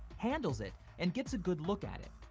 handles it, and gets a good look at it.